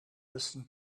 listen